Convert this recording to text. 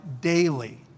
daily